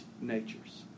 natures